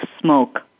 smoke